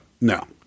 No